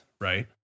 right